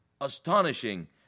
astonishing